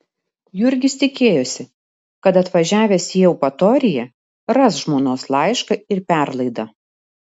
jurgis tikėjosi kad atvažiavęs į eupatoriją ras žmonos laišką ir perlaidą